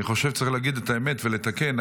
אני חושב שצריך להגיד את האמת ולתקן.